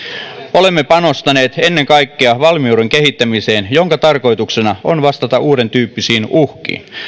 olemme panostaneet ennen kaikkea valmiuden kehittämiseen jonka tarkoituksena on vastata uudentyyppisiin uhkiin